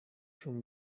from